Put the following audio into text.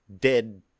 dead